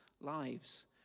lives